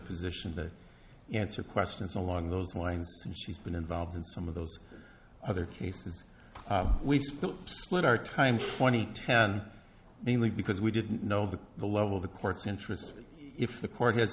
position to answer questions along those lines and she's been involved in some of those other cases we've spent our time twenty ten mainly because we didn't know that the level of the court's interest if the court had